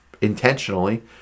intentionally